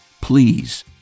Please